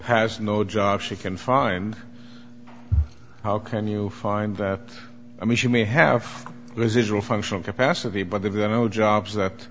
has no job she can find how can you find i mean she may have residual functional capacity but they've got all jobs that